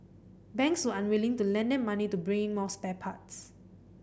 banks were unwilling to lend them money to bring in more spare parts